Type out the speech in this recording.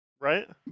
Right